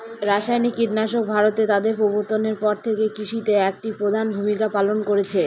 রাসায়নিক কীটনাশক ভারতে তাদের প্রবর্তনের পর থেকে কৃষিতে একটি প্রধান ভূমিকা পালন করেছে